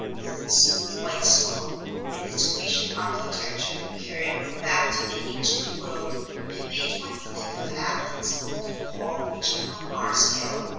with its smooth white stone and its grecian architecture, carried one back to the ancient world and made one think of athens and of paul preaching on mars hill.